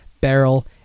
barrel